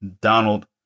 Donald